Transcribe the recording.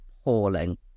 appalling